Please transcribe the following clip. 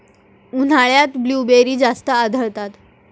उन्हाळ्यात ब्लूबेरी जास्त आढळतात